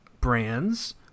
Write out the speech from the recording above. brands